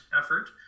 effort